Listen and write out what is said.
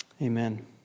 Amen